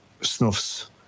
Snuff's